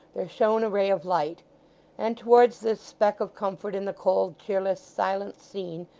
there shone a ray of light and towards this speck of comfort in the cold, cheerless, silent scene,